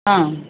ಹಾಂ